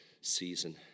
season